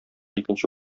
икенче